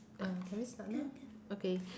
uh can we start now okay